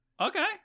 okay